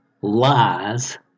lies